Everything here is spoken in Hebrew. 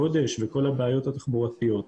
גודש וכל הבעיות התחבורתיות.